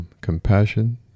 compassion